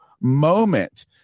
moment